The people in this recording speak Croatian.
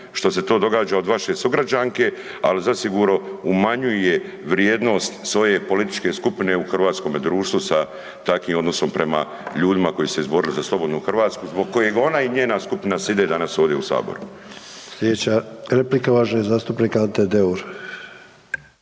što se to događa od vaše sugrađanke ali zasigurno umanjuje vrijednost svoje političke skupine u hrvatskome društvu sa takvim odnosom prema ljudima koji se izborili za slobodnu Hrvatsku zbog kojeg ona i njena skupina side danas ovdje u saboru.